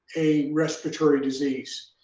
a respiratory disease.